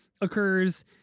occurs